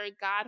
God